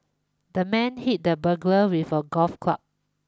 the man hit the burglar with a golf club